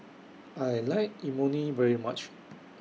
I like Imoni very much